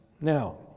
Now